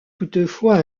toutefois